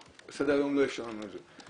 סדר היום לא אפשר לנו את זה,